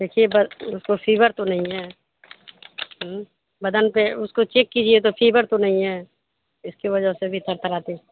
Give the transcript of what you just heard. دیکھیے اس کو فیور تو نہیں ہے بدن پہ اس کو چیک کیجیے تو فیور تو نہیں ہے اس کی وجہ سے بھی تھرتھراتی